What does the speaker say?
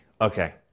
okay